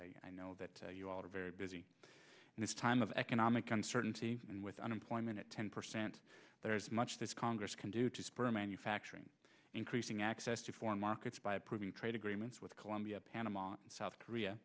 i know that you all are very busy this time of economic uncertainty and with unemployment at ten percent there is much this congress can do to spur manufacturing increasing access to foreign markets by approving trade agreements with colombia panama and south korea